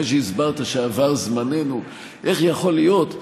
אחרי שהסברת שעבר זמננו, איך יכול להיות,